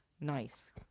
Nice